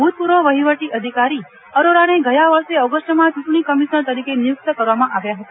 ભૂતપૂર્વ વહીવટી અધિકારી અરોરાને ગયા વર્ષે ઓગસ્ટમાં યુંટણી કમિશનર તરીકે નિયુક્ત કરવામાં આવ્યા હતા